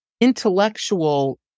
intellectual